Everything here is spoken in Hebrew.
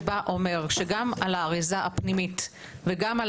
שבה אומר שגם על האריזה הפנימית וגם על